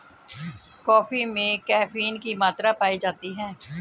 coffee में caffeine की मात्रा पाई जाती है